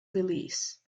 release